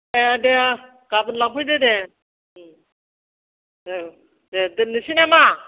दे दे गाबोन लांफैदो दे उम औ दे दोननोसै नामा